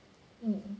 um